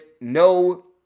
no